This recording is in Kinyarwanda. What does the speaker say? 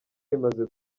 rimaze